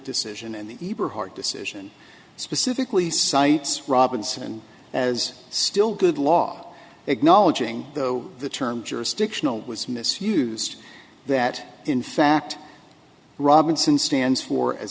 decision and the ybor hard decision specifically cites robinson and as still good law acknowledging though the term jurisdictional was misused that in fact robinson stands for as